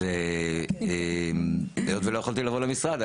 אז היות שלא יכולתי לבוא למשרד,